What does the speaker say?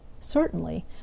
Certainly